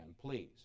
please